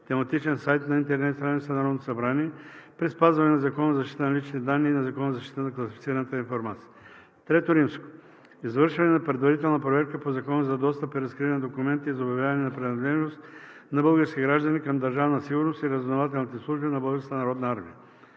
тематичен сайт на интернет страницата на Народното събрание при спазване на Закона за защита на личните данни и на Закона за защита на класифицираната информация. III. Извършване на предварителна проверка по Закона за достъп и разкриване на документите и за обявяване на принадлежност на български граждани към Държавна сигурност и разузнавателните служби на Българската народна армия.